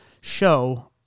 show